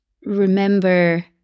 remember